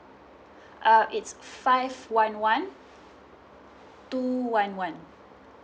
uh it's five one one two one one